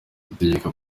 ategeka